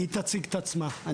אני